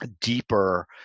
deeper